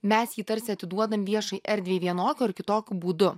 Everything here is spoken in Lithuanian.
mes jį tarsi atiduodam viešai erdvei vienokiu ar kitokiu būdu